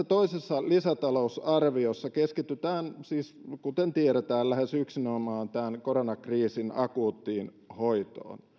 toisessa lisätalousarviossa keskitytään siis kuten tiedetään lähes yksinomaan tämän koronakriisin akuuttiin hoitoon